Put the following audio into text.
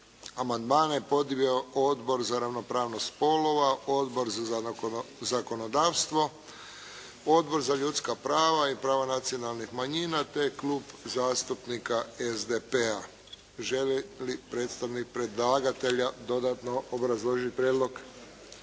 Amandmane je podnio Odbor za ravnopravnost spolova, Odbor za zakonodavstvo, Odbor za ljudska prava i prava nacionalnih manjina te Klub zastupnika SDP-a. Želi li predstavnik predlagatelja dodatno obrazložiti prijedlog.